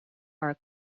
are